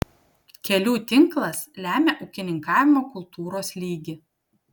kelių tinklas lemia ūkininkavimo kultūros lygį